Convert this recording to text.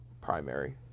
primary